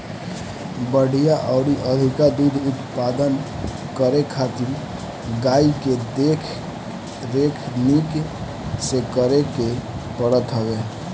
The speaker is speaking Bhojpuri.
बढ़िया अउरी अधिका दूध उत्पादन करे खातिर गाई के देख रेख निक से करे के पड़त हवे